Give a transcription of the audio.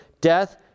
death